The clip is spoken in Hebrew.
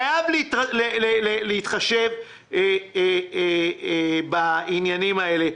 חייבים להתחשב בעניינים האלה.